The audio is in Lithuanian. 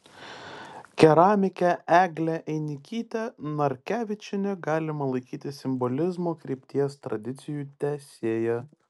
keramikę eglę einikytę narkevičienę galima laikyti simbolizmo krypties tradicijų tęsėja